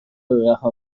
رها